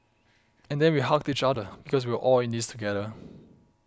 and then we hugged each other because we were all in this together